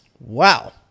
Wow